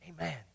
Amen